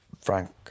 Frank